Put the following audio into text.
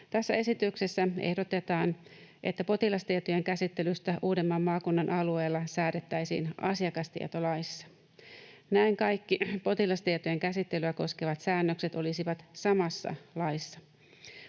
Tässä esityksessä ehdotetaan, että potilastietojen käsittelystä Uudenmaan maakunnan alueella säädettäisiin asiakastietolaissa. Näin kaikki potilastietojen käsittelyä koskevat säännökset olisivat samassa laissa.